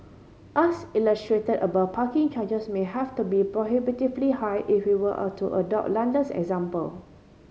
as illustrate above parking charges may have to be prohibitively high if we were all to adopt London's example